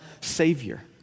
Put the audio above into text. Savior